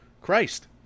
Christ